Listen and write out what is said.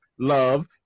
love